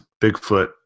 Bigfoot